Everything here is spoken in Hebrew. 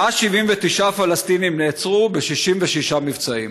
179 פלסטינים נעצרו ב-66 מבצעים.